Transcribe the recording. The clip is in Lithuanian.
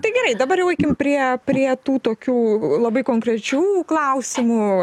tai gerai dabar jau eikim prie prie tų tokių labai konkrečių klausimų